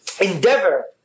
endeavor